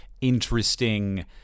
interesting